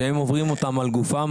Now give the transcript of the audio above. שהם עוברים אותם על גופם,